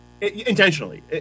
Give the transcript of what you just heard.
intentionally